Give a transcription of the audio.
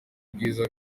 bwiza